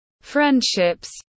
friendships